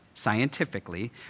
scientifically